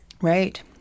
right